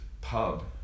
pub